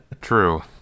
True